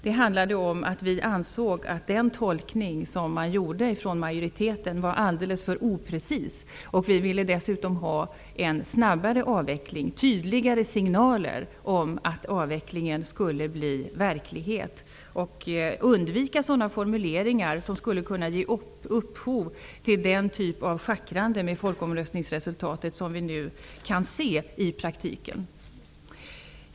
Det berodde på att vi ansåg att den tolkning som gjordes av majoriteten var alldeles för oprecis. Vi ville dessutom ha en snabbare avveckling och tydligare signaler om att en avveckling skulle bli verklighet. Vi ville undvika formuleringar som skulle kunna ge upphov till den typ av schackrande med folkomröstningsresultatet som vi nu kan se i praktiken.